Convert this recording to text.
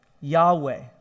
Yahweh